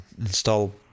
install